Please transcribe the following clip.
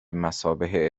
مثابه